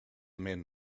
men